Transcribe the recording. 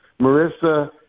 Marissa